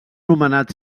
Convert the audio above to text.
nomenat